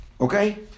Okay